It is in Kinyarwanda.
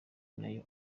nayo